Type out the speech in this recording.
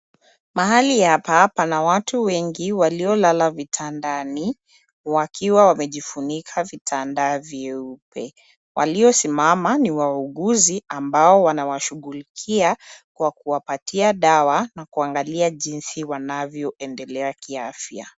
Mahali hapa pana watu wengi waliolala vitandani wakiwa wamejifunika vitambaa vyeupe. Waliosimama ni wauguzi ambao wanawashughulikia kwa kuwapatia dawa na kuangalia jinsi wanavyoendelea kiafya.